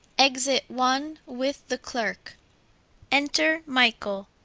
exit one with the clearke enter michael.